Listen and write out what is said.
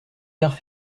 gares